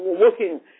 working